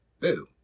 Boo